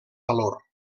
valor